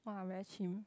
wa very chim